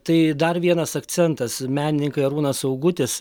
tai dar vienas akcentas menininkai arūnas augutis